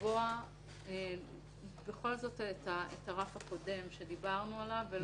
לקבוע בכל זאת את הרף הקודם שדיברנו עליו.